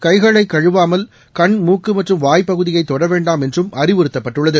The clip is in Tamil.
கைகளை கழுவாமல் கண் மூக்கு மற்றும் வாய் பகுதியை தொட வேண்டாம் என்றும் அறிவுறுத்தப்பட்டுள்ளது